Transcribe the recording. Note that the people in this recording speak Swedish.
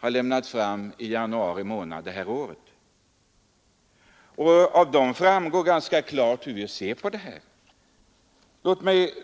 väckte i januari månad detta år, och av dem framgår ganska klart hur vi ser på trafikpolitiken.